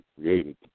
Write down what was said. created